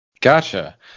Gotcha